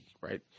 right